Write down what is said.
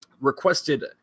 requested